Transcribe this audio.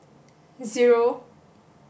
zero